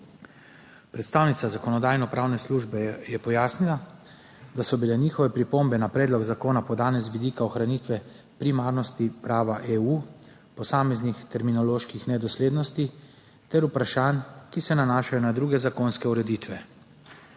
Predstavnica Zakonodajno-pravne službe je pojasnila, da so bile njihove pripombe na predlog zakona podane z vidika ohranitve primarnosti prava EU, posameznih terminoloških nedoslednosti ter vprašanj, ki se nanašajo na druge zakonske ureditve.